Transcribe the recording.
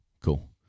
Cool